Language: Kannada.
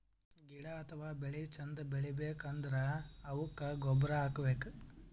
ಗಿಡ ಅಥವಾ ಬೆಳಿ ಚಂದ್ ಬೆಳಿಬೇಕ್ ಅಂದ್ರ ಅವುಕ್ಕ್ ಗೊಬ್ಬುರ್ ಹಾಕ್ಬೇಕ್